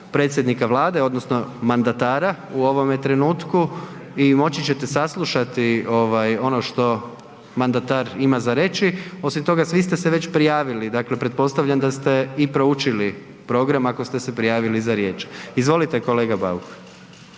predsjednika Vlade odnosno mandatara u ovome trenutku i moći ćete saslušati ono što mandatar ima za reći, osim toga svi ste već prijavili, dakle pretpostavljam da ste i proučili program ako ste se prijavili za riječ. Izvolite, kolega Bauk.